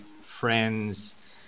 friends